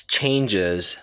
changes